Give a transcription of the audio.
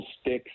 sticks